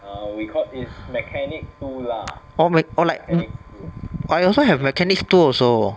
oh my orh like I also have mechanics two also